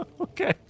Okay